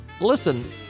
listen